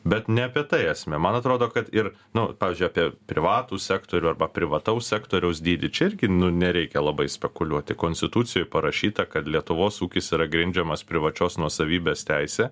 bet ne apie tai esmė man atrodo kad ir nu pavyzdžiui apie privatų sektorių arba privataus sektoriaus dydį čia irgi nereikia labai spekuliuoti konstitucijoj parašyta kad lietuvos ūkis yra grindžiamas privačios nuosavybės teise